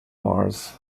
mars